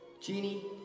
genie